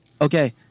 okay